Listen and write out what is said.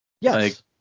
Yes